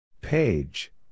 Page